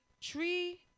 tree